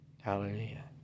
Hallelujah